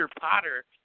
Potter